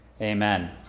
Amen